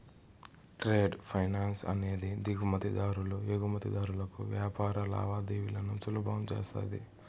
trade finance అనేది దిగుమతి దారులు ఎగుమతిదారులకు వ్యాపార లావాదేవీలను సులభం చేస్తది